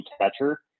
catcher